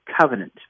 Covenant